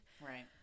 Right